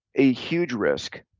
a huge risk,